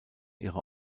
ihre